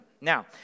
Now